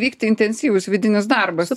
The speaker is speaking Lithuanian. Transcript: vykti intensyvus vidinis darbas